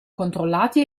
controllati